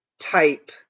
type